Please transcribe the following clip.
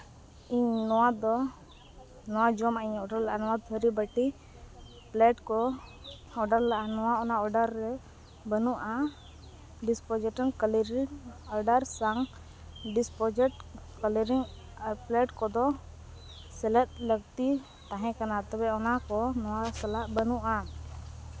ᱤᱧ ᱱᱚᱣᱟ ᱫᱚ ᱱᱚᱣᱟ ᱡᱚᱢᱟᱜ ᱤᱧ ᱚᱰᱟᱨ ᱞᱮᱫᱼᱟ ᱱᱚᱣᱟ ᱛᱷᱟᱹᱨᱤ ᱵᱟᱹᱴᱤ ᱯᱞᱮᱴ ᱠᱚ ᱚᱰᱟᱨ ᱞᱟᱜᱼᱟ ᱱᱚᱣᱟ ᱚᱱᱟ ᱚᱰᱟᱨ ᱨᱮ ᱵᱟᱹᱱᱩᱜᱼᱟ ᱰᱤᱥ ᱯᱚᱡᱮᱴᱚᱞ ᱠᱟᱞᱮᱨᱤᱱ ᱚᱰᱟᱨ ᱥᱟᱶ ᱰᱤᱥᱯᱚᱡᱮᱴ ᱠᱚᱞᱮᱨᱤᱱ ᱟᱨ ᱯᱞᱮᱴ ᱠᱚᱫᱚ ᱥᱮᱞᱮᱫ ᱞᱟᱹᱠᱛᱤ ᱛᱟᱦᱮᱸ ᱠᱟᱱᱟ ᱛᱚᱵᱮ ᱚᱱᱟ ᱠᱚ ᱱᱚᱣᱟ ᱥᱟᱞᱟᱜ ᱵᱟᱹᱱᱩᱜᱼᱟ